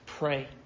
Pray